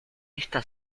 esta